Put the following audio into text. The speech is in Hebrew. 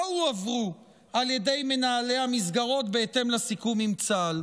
הועברו על ידי מנהלי המסגרות בהתאם לסיכום עם צה"ל.